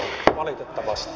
arvoisa puhemies